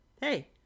Hey